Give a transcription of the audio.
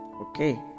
Okay